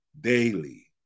daily